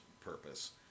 purpose